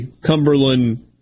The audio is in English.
Cumberland